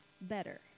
better